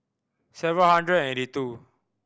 seven hundred eighty two